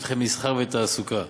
שטחי מסחר ותעסוקה,